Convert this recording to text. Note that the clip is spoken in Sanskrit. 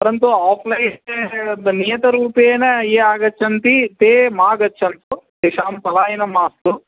परन्तु आफ्लैन् नियतरूपेण ये आगच्छन्ति ते मागच्छन्तु तेषां पलायनं मास्तु